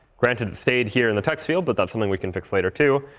granted, it stayed here in the text field, but that's something we can fix later too.